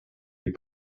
les